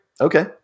Okay